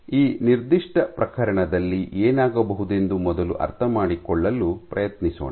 ಈ ನಿರ್ದಿಷ್ಟ ಪ್ರಕರಣದಲ್ಲಿ ಏನಾಗಬಹುದೆಂದು ಮೊದಲು ಅರ್ಥಮಾಡಿಕೊಳ್ಳಲು ಪ್ರಯತ್ನಿಸೋಣ